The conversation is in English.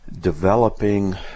developing